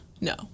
No